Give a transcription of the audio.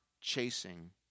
chasing